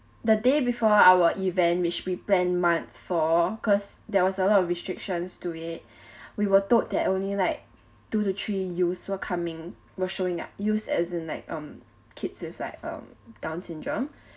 the day before our event which we planned months for because there was a lot of restrictions to it we were told that only like two to three youths were coming were showing up youths as in like um kids with like um down syndrome